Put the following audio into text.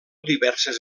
diverses